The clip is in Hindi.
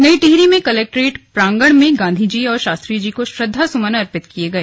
नई टिहरी में कलेक्ट्रेट प्रांगण में गांधी जी और शास्त्री जी को श्रद्वासुमन अर्पित किये गए